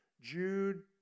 Jude